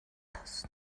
tas